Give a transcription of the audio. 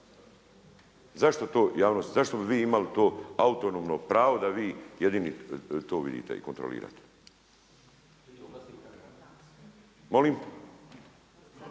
to ne bi vidjela? Zašto bi vi imali to autonomno pravo da vi jedini to vidite i kontrolirate?